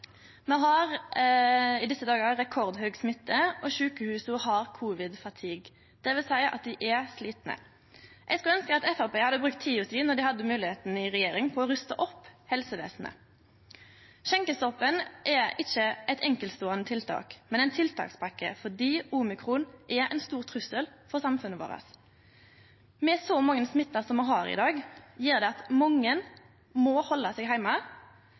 dei er slitne. Eg skulle ønske at Framstegspartiet då dei hadde moglegheita i regjering, hadde brukt tida si på å ruste opp helsevesenet. Skjenkestoppen er ikkje eit enkeltståande tiltak, men del av ein tiltakspakke, fordi omikron er ein stor trussel for samfunnet vårt. Med så mange smitta som me har i dag, må mange halde seg heime.